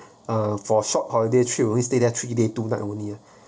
uh for short holiday trip we only stay there three day two night only ah